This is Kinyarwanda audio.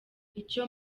icyo